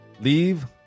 Leave